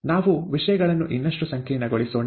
ನಾವು ವಿಷಯಗಳನ್ನು ಇನ್ನಷ್ಟು ಸಂಕೀರ್ಣಗೊಳಿಸೋಣ